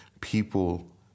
people